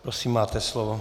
Prosím, máte slovo.